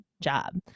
job